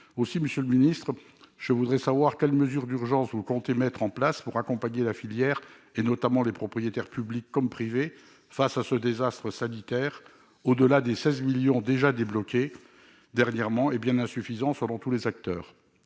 Aussi, monsieur le ministre je voudrais savoir quelles mesures d'urgence vous comptez mettre en place pour accompagner la filière, notamment les propriétaires publics comme privés, face à ce désastre sanitaire, au-delà des 16 millions d'euros débloqués dernièrement et bien insuffisants selon tous les acteurs.